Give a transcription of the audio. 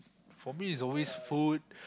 for me is always food